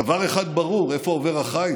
דבר אחד ברור: איפה עובר החיץ.